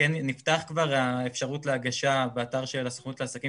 נפתחה כבר האפשרות להגשה באתר של הסוכנות לעסקים